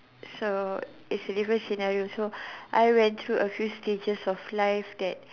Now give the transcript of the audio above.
so is a different scenario so I went through a few stages of life that